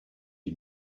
you